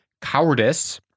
cowardice